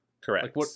Correct